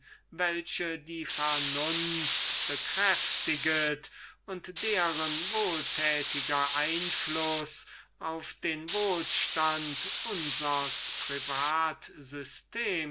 welche die vernunft bekräftiget und deren wohltätiger einfluß auf den wohlstand unsers